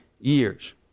years